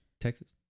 Texas